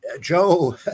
Joe